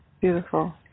beautiful